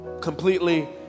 completely